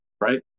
right